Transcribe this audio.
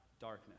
darkness